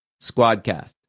Squadcast